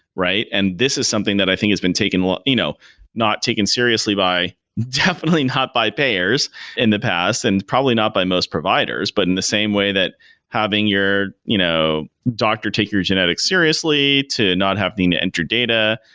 right? and this is something that i think has been taken you know not taken seriously definitely not by payers in the past and probably not by most providers, but in the same way that having your you know doctor take your genetics seriously, to not having to entered data.